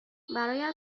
برایت